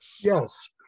Yes